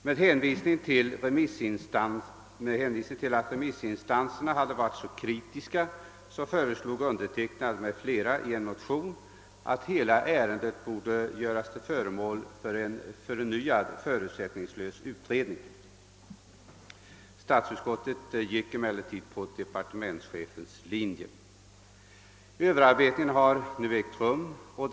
Med hänvisning till att remissinstanserna hade varit kritiska föreslog jag och några med mig i en motion att hela ärendet skulle göras till föremål för en ny förutsättningslös utredning. Statsutskottet följde emellertid departementschefens linje. Överarbetningen har nu verkställts.